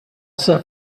set